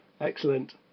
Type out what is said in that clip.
Excellent